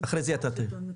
שלטון מקומי.